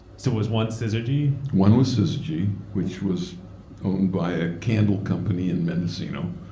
so was one syzygy? one was syzygy, which was owned by a candle company in mendocino.